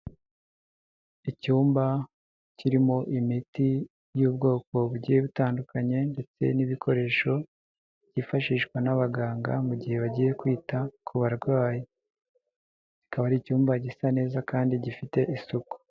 Icyumba kirimo imiti y'ubwoko bugiye butandukanye ndetse n'ibikoresho byifashishwa n'abaganga mu gihe bagiye kwita ku barwayi, kikaba ari icyumba gisa neza kandi gifite isuku.